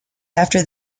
after